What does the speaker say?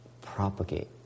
propagate